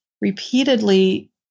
repeatedly